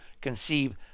conceive